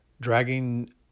dragging